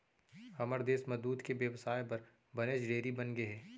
हमर देस म दूद के बेवसाय बर बनेच डेयरी बनगे हे